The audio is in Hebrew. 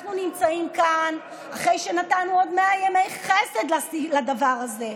ואנחנו נמצאים כאן אחרי שנתנו עוד 100 ימי חסד לדבר הזה.